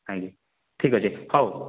ଆଜ୍ଞା ଠିକ୍ ଅଛି ହଉ